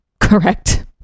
correct